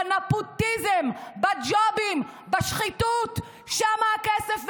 בנפוטיזם, בג'ובים, בשחיתות, שם הכסף.